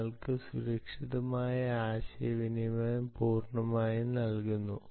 നിങ്ങൾക്ക് സുരക്ഷിതമായ ആശയവിനിമയം പൂർണ്ണമായും നൽകുന്നു